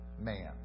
man